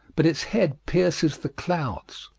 but its head pierces the clouds,